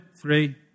three